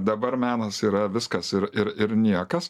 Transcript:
dabar menas yra viskas ir ir ir niekas